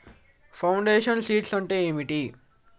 Foundation seeds అంటే ఏంటి?